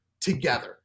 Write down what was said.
together